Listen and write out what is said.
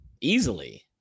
easily